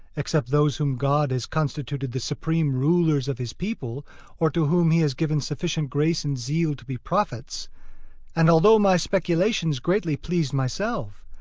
except those whom god has constituted the supreme rulers of his people or to whom he has given sufficient grace and zeal to be prophets and although my speculations greatly pleased myself,